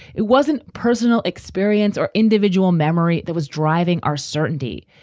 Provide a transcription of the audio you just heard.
it wasn't personal experience or individual memory that was driving our certainty.